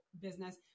business